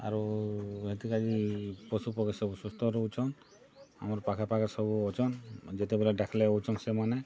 ଆରୁ ହେତିକାକି ପଶୁ ପକ୍ଷୀ ବବୁ ସୁସ୍ଥ ରହୁଛନ୍ ଆମର୍ ପାଖେ ପାଖେ ସବୁ ଅଛନ୍ ଯେତେବେଲେ ଡାକିଲେ ଆଉଛନ୍ ସେମାନେ